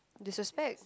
this is fact